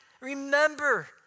Remember